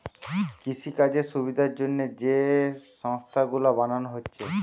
কৃষিকাজের সুবিধার জন্যে যে সংস্থা গুলো বানানা হচ্ছে